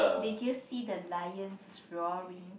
did you see the lions roaring